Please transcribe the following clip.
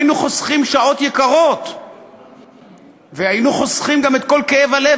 היינו חוסכים שעות יקרות והיינו חוסכים גם את כל כאב הלב,